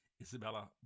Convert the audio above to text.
Isabella